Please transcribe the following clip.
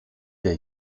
der